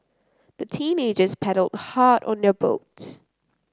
the teenagers paddled hard on their boat